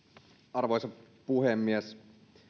arvoisa puhemies